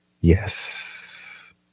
Yes